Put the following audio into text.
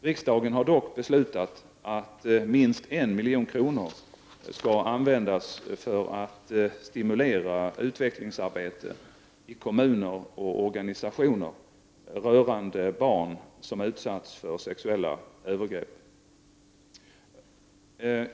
Riksdagen har dock beslutat att minst 1 milj.kr. skall användas för att stimulera utvecklingsarbete i kommuner och organisationer rörande barn som utsatts för sexuella övergrepp.